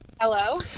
Hello